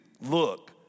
look